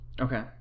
Okay